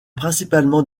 principalement